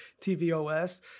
tvOS